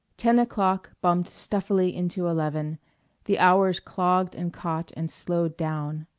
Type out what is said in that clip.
ten o'clock bumped stuffily into eleven the hours clogged and caught and slowed down.